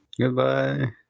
Goodbye